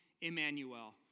Emmanuel